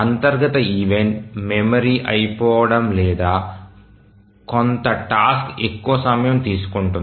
అంతర్గత event memory అయిపోవటం లేదా కొంత టాస్క్ ఎక్కువ సమయం తీసుకుంటుంది